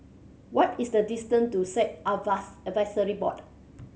what is the distant to Sikh Advisory Board